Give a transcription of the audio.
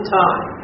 time